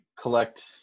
collect